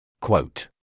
Quote